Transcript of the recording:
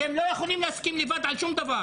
אתם לא יכולים להסכים לבד על שום דבר.